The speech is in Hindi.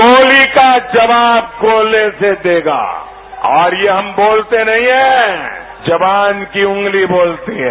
गोली का जवाब गोले से देगा और हम ये बोलते नहीं है जवान की उंगली बोलती है